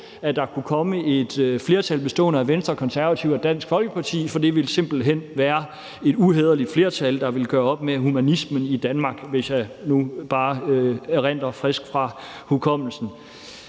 at der kunne komme et flertal bestående af Venstre, Konservative og Dansk Folkeparti, for det ville simpelt hen være et uhæderligt flertal, der ville gøre op med humanismen i Danmark, hvis jeg nu bare erindrer det frisk fra hukommelsen.